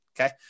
Okay